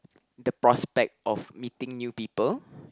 the prospects of meeting new people